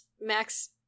Max